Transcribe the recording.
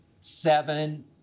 seven